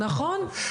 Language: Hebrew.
נכון.